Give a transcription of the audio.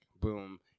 boom